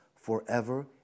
Forever